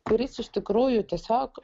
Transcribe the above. kuris iš tikrųjų tiesiog